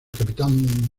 capitán